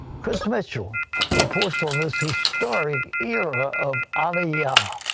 chris mitchell reports on this historic era of aliyah.